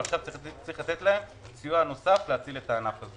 ועכשיו צריך לתת להם סיוע נוסף להציל את הענף.